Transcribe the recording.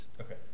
Okay